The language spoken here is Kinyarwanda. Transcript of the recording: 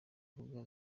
mbuga